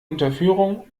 unterführung